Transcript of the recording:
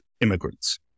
immigrants